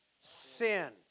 sin